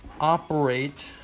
operate